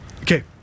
Okay